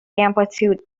amplitude